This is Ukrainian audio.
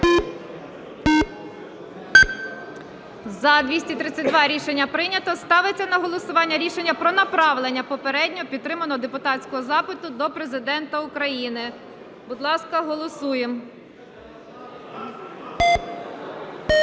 За-232 Рішення прийнято. Ставиться на голосування рішення про направлення попередньо підтриманого депутатського запиту до Президента України. Будь ласка, голосуємо.